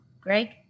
greg